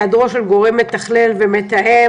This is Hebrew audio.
עמיחי דרור ממרכז השלטון המקומי ביקש,